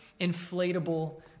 inflatable